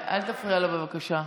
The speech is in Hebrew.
אל תפריע לו, בבקשה.